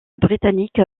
britannique